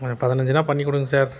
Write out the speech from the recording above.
பதினஞ்சின்னா பண்ணிக்குடுங்க சார்